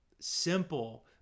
Simple